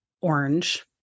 orange